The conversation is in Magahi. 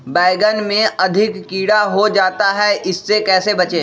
बैंगन में अधिक कीड़ा हो जाता हैं इससे कैसे बचे?